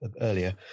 earlier